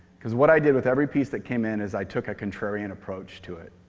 because what i did with every piece that came in, is i took a contrarian approach to it.